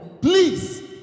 Please